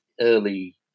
early